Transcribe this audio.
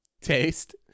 taste